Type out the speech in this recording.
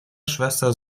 schwester